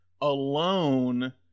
alone